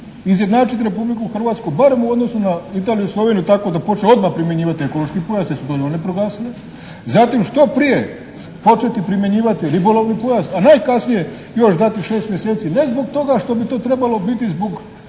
izjednačiti Republiku Hrvatsku barem u odnosu na Italiju, Sloveniju tako da počne odmah primjenjivati ekološki pojas jer su to i oni proglasili. Zatim što prije početi primjenjivati ribolovni pojas, a najkasnije još dati šest mjeseci ne zbog toga što bi to trebalo biti zbog